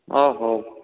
ହଉ